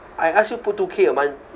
I ask you put two K a month